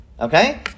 Okay